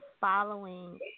following